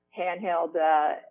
handheld